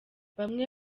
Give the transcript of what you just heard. bamwe